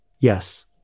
yes